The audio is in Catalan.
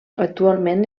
actualment